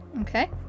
Okay